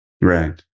Right